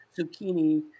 zucchini